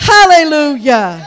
Hallelujah